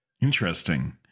Interesting